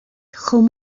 chomh